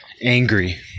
angry